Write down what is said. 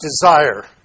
desire